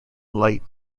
light